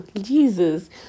jesus